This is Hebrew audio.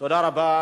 תודה רבה.